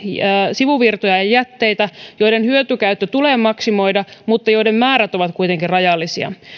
sivuvirtoja ja jätteitä joiden hyötykäyttö tulee maksimoida mutta joiden määrät ovat kuitenkin rajallisia